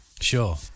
sure